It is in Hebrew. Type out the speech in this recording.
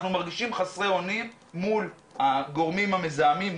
אנחנו מרגישים חסרי אונים מול הגורמים המזהמים,